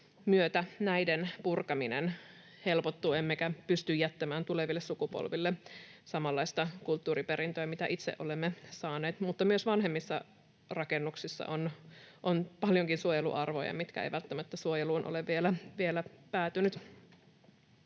myötä näiden purkaminen helpottuu emmekä pysty jättämään tuleville sukupolville samanlaista kulttuuriperintöä, mitä itse olemme saaneet. Mutta myös vanhemmissa rakennuksissa, mitkä eivät välttämättä suojeluun ole vielä päätyneet,